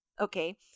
Okay